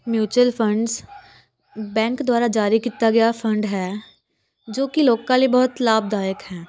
mutual funds bank ਦੁਆਰਾ ਜਾਰੀ ਕੀਤਾ ਗਿਆ ਫੰਡ ਹੈ ਜੋ ਕਿ ਲੋਕਾਂ ਲਈ ਬਹੁਤ ਹੀ ਲਾਭਦਾਇਕ ਹੈ